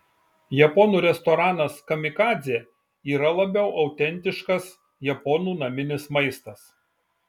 japonų restoranas kamikadzė yra labiau autentiškas japonų naminis maistas